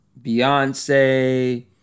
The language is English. Beyonce